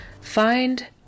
find